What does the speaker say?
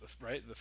right